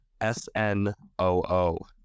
s-n-o-o